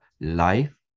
life